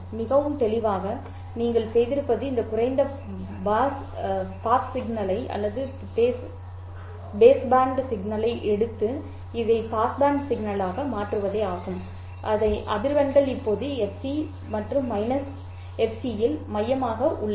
மிகவும் தெளிவாக நீங்கள் செய்திருப்பது இந்த குறைந்த பாஸ் சிக்னலை அல்லது பேஸ் பேண்ட் சிக்னலை எடுத்து இதை பாஸ் பேண்ட் சிக்னலாக மாற்றுவதே ஆகும் அதன் அதிர்வெண்கள் இப்போது fc மற்றும் -fc இல் மையமாக உள்ளன